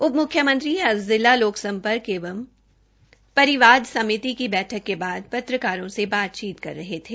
उपम्ख्यमंत्री आज जिला लोक सम्पर्क एवं परिवाद समिति की बैठक के बाद पत्रकारों से बातचीत कर रहे थे